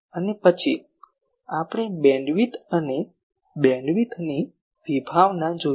અને તે પછી આપણે બેન્ડવિડ્થ અને બીમવિડ્થની વિભાવના જોઇ છે